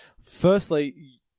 firstly